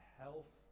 health